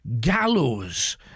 gallows